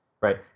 right